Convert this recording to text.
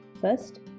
First